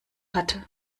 hatte